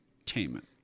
Entertainment